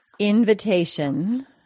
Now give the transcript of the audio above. invitation